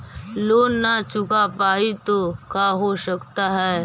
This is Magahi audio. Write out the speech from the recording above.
लोन न चुका पाई तो का हो सकता है?